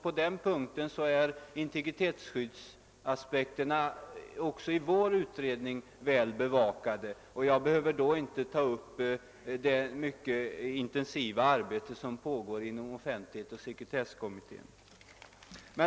På den punkten är således integritetsskyddsaspekterna också i vår utredning väl bevakade. Jag behöver inte gå närmare in på det mycket intensiva arbete som pågår inom offentlighetsoch sekretesskommittén.